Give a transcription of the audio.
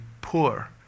poor